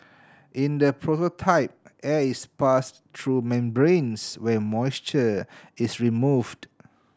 in the prototype air is passed through membranes where moisture is removed